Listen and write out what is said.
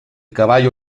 caballo